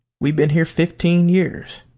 we've been here fifteen years.